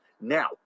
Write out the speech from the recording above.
now